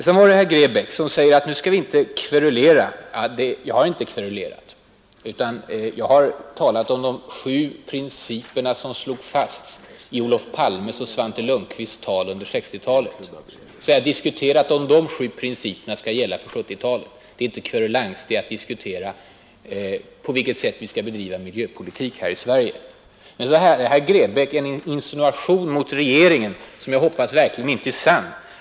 Sedan till herr Grebäck, som säger att nu skall vi inte ”kverulera”. Jag har inte kverulerat. Jag har talat om de sju principer som slogs fast i Olof Palmes och Svante Lundkvists tal under 1960-talet och diskuterat om de principerna skall gälla för 1970-talet. Det är inte kverulans — det är att diskutera på vilket sätt vi skall bedriva miljöpolitik här i Sverige. Men så kom herr Grebäck med en insinuation mot regeringen som jag verkligen hoppas inte är sann.